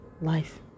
life